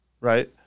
right